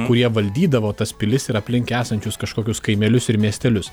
kurie valdydavo tas pilis ir aplink esančius kažkokius kaimelius ir miestelius